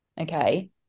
Okay